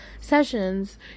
sessions